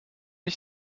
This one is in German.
ich